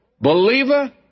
Believer